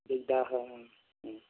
দিগদাৰ হয়